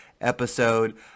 episode